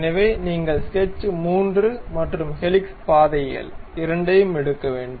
எனவே நீங்கள் ஸ்கெட்ச் 3 மற்றும் ஹெலிக்ஸ் பாதைகள் இரண்டையும் எடுக்க வேண்டும்